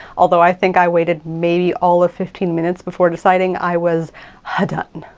although i think i waited maybe all of fifteen minutes before deciding i was ah done.